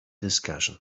discussion